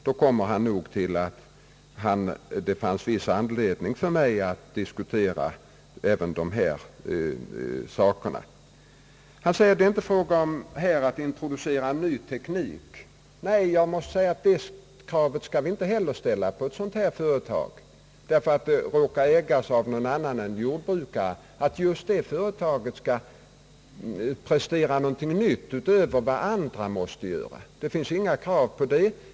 Då kommer han nog fram till att det fanns viss anledning för mig att diskutera även dessa saker. Han säger att det här inte är fråga om att introducera en ny teknik. Nej, det kravet skall vi inte heller ställa på ett sådant företag som det här aktuella, därför att det råkar ägas av någon annan än jordbrukare, att just ett sådant företag skall prestera någonting nytt utöver vad andra måste göra.